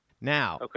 Now